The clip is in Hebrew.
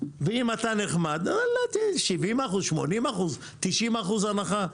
ואם אתה נחמד, 70%, 80%, 90% הנחה.